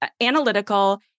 analytical